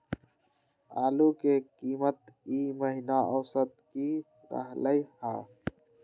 आलू के कीमत ई महिना औसत की रहलई ह?